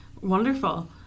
Wonderful